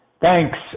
Thanks